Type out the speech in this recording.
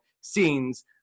scenes